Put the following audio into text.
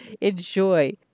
enjoy